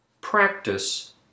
practice